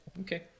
Okay